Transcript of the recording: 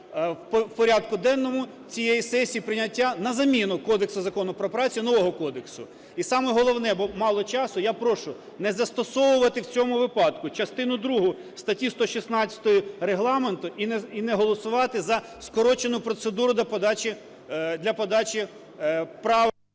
в порядку денному цієї сесії прийняття на заміну кодексу законів про працю нового кодексу. І саме головне, бо мало часу. Я прошу не застосовувати в цьому випадку частину другу статті 116 Регламенту і не голосувати за скорочену процедуру для подачі…